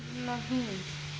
نہیں